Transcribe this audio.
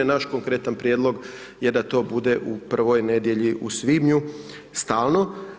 Naš konkretan prijedlog je da to bude u prvoj nedjelji u svibnju, stalno.